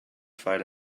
fight